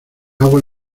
agua